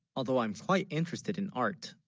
although i'm quite interested in art